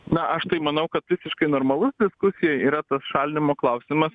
na aš tai manau kad visiškai normalus diskusijoj yra tas šalinimo klausimas